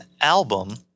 album